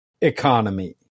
economy